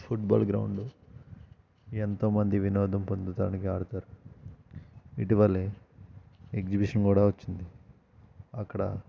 football ground ఎంతోమంది వినోదం పొందుతానికి ఆడుతారు ఇటీవల ఎగ్జిబిషన్ కూడా వచ్చింది అక్కడ